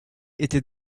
était